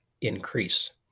increase